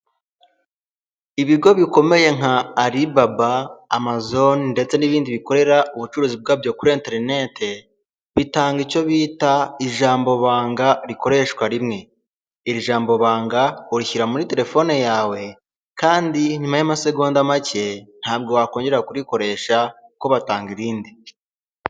Ibigo bikomeye nka aribababa, amazone ndetse n'ibindi bikorera ubucuruzi bwabyo kuri enterinete, bitanga icyo bita ijambo banga rikoreshwa rimwe, iri jambo banga urishyira muri telefone yawe kandi inyuma y'amasegonda make ntabwo wakongera kurikoresha kuko batanga irindi.